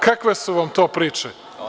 Kakve su vam to priče?